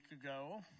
ago